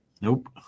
Nope